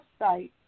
website